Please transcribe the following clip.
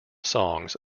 songs